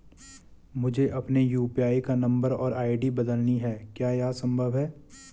मुझे अपने यु.पी.आई का नम्बर और आई.डी बदलनी है क्या यह संभव है?